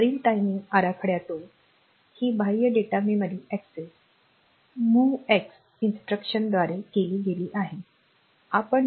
वरील टाइमिंग आराखड्यातून ही बाह्य डेटा मेमरी अक्सेस एमओव्हीएक्स सूचनांद्वारे केली गेली आहे